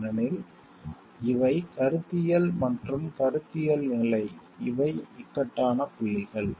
ஏனெனில் இவை கருத்தியல் மற்றும் கருத்தியல் நிலை இவை இக்கட்டான புள்ளிகள்